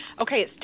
Okay